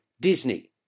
Disney